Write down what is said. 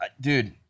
dude